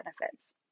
benefits